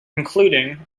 including